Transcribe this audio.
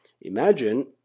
Imagine